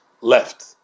left